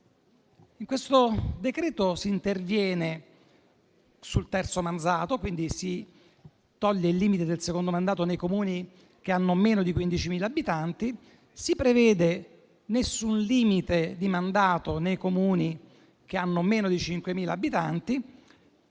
In questo decreto-legge si interviene sul terzo mandato, togliendo il limite del secondo mandato nei Comuni che hanno meno di 15.000 abitanti, non si prevede alcun limite di mandato nei Comuni che hanno meno di 5.000 abitanti